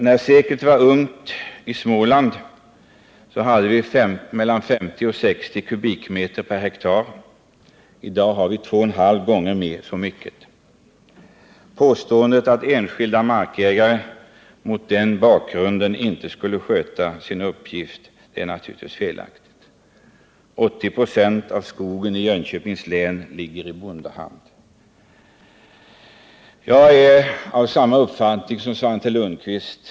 När seklet var ungt hade vi i Småland mellan 50 och 60 m? per hektar. I dag har vi 2,5 gånger mer. Mot den bakgrunden är naturligtvis påståendet att enskilda markägare inte skulle sköta sin uppgift felaktigt. 80 ?6 av skogen i Jönköpings län ligger i bondehand. Jag är av samma mening som Svante Lundkvist.